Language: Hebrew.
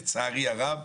לצערי הרב.